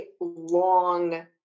long